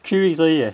three weeks 而已 leh